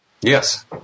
Yes